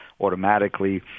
automatically